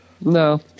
No